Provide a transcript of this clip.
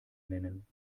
nennen